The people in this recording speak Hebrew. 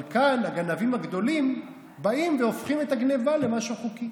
אבל כאן הגנבים הגדולים באים והופכים את הגנבה למשהו חוקי.